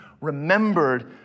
remembered